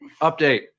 Update